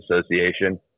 association